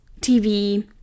TV